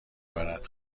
برد